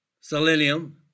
selenium